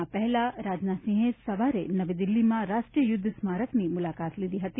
આ પહેલાં રાજનાથસિંહે આજે સવારે નવી દિલ્હીમાં રાષ્ટ્રીય યુદ્ધ સ્મારકની મુલાકાત લીધી હતી